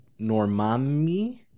Normami